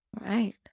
Right